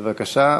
בבקשה.